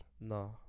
No